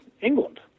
England